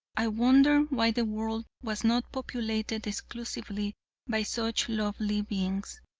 i wondered why the world was not populated exclusively by such lovely beings.